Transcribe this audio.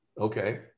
Okay